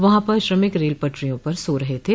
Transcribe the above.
वहां पर श्रमिक रेल पटरियों पर सो रहे थे